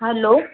hello